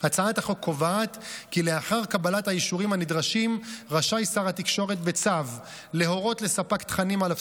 את הסמכויות שהיו נתונות לשר התקשורת בתקנות לשעת חירום על כנן,